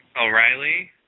O'Reilly